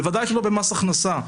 בוודאי שלא במס הכנסה.